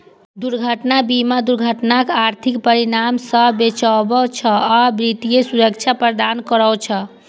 दुर्घटना बीमा दुर्घटनाक आर्थिक परिणाम सं बचबै छै आ वित्तीय सुरक्षा प्रदान करै छै